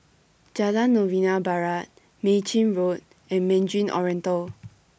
Jalan Novena Barat Mei Chin Road and Mandarin Oriental